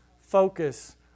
focus